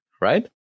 Right